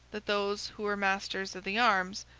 that those who were masters of the arms,